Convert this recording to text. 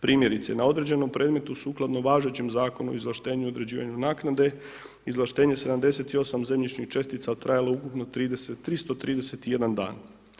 Primjerice, na određenom predmetu sukladno važećem Zakonu o izvlaštenju i određivanju naknade izvlaštenje 78 zemljišnih čestica trajalo ukupno 331 dan.